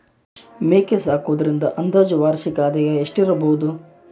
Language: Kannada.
ಮೇಕೆ ಸಾಕುವುದರಿಂದ ಅಂದಾಜು ವಾರ್ಷಿಕ ಆದಾಯ ಎಷ್ಟಿರಬಹುದು?